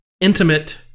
intimate